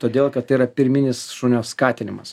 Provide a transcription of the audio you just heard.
todėl kad tai yra pirminis šunio skatinimas